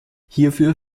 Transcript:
hierfür